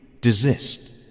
desist